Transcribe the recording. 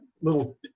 little